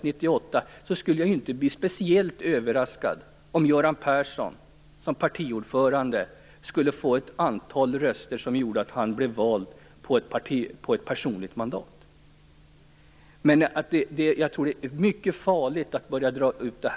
Jag skulle inte bli speciellt överraskad om Göran Persson som partiordförande skulle få ett antal röster i valet 1998 som gjorde att han blev vald på ett personligt mandat.